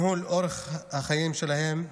בניהול אורח החיים שלהם,